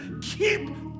Keep